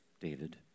David